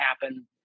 happen